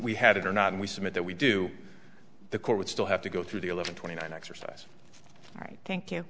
we had it or not and we submit that we do the court would still have to go through the eleven twenty nine exercise all right thank you